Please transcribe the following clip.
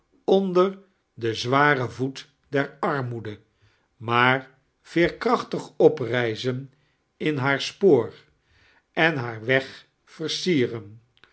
onder den z waren voet der armoede maar veerkrachtdg oprijzcm in haar spoor en haar weg versieren